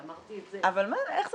ואמרתי את זה --- איך זה?